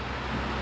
mmhmm